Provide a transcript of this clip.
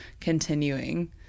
continuing